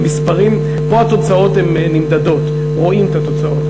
פה התוצאות נמדדות, רואים את התוצאות.